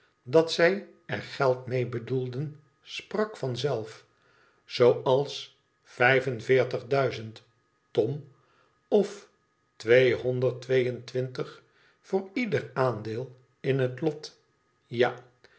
dat zij er geld mee bedoelden sprak van zelf zooals vijf en eertig duizend tom o tweehonderd twee en twintig voor ieder aandeel in het lot ja